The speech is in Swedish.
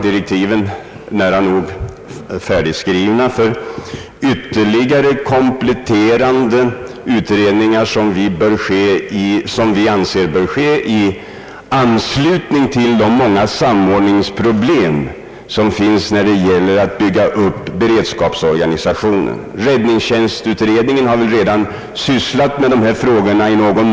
Direktiven är nära nog färdigskrivna för ytterligare kompletterande utredningar, som vi anser bör ske i anslutning till de många samordningsproblemen när det gäller att bygga upp beredskapsorganisationen. Räddnings tjänstutredningen har redan i någon mån sysslat med dessa frågor.